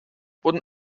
wurden